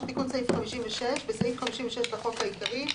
--- תיקון סעיף 563.בסעיף 56 לחוק העיקרי,